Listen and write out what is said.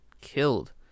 killed